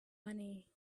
money